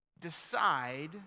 decide